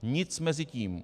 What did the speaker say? Nic mezi tím.